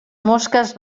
mosques